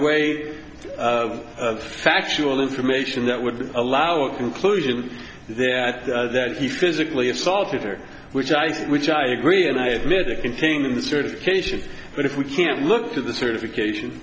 way of factual information that would allow a conclusion that that he physically assaulted her which i said which i agree and i admit it can thing in the certification but if we can't look to the certification